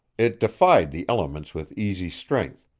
it defied the elements with easy strength,